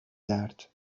درد